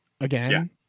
again